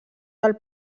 del